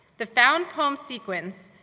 the found poem sequence,